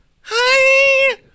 hi